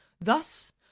Thus